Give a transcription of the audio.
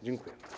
Dziękuję.